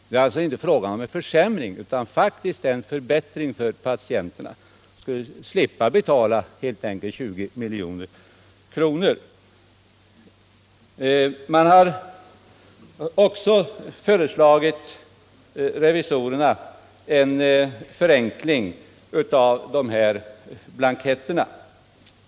Det är alltså inte fråga om någon försämring utan faktiskt i stället om en förbättring för patienterna, som helt enkelt skulle slippa betala 20 milj.kr.! Revisorerna har också föreslagit en förenkling av blanketterna.